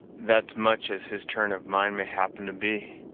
that's much as his turn of mind may happen to be.